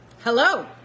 Hello